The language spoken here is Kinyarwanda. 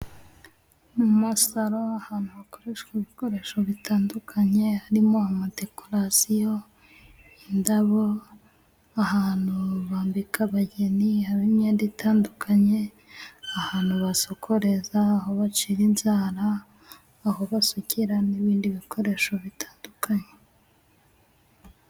Mu masaro ahantu hakoreshwa ibikoresho bitandukanye harimo amadekorasiyo, indabo, ahantu bambika abageni, haba imyenda itandukanye, ahantu basokoreza, aho bacira inzara, aho basukira n'ibindi bikoresho bitandukanye.